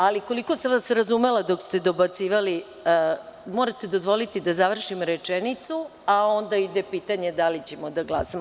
Ali, koliko sam vas razumela kada ste dobacivali, morate dozvoliti da završim rečenicu, a onda ide pitanje, da li ćemo da glasamo.